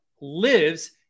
lives